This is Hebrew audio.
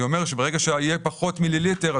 אני אומר שברגע שיהיה פחות מיליליטר,